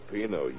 Pino